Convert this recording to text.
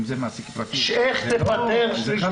אם זה מעסיק פרטי --- איך תפטר שליש מהעובדים?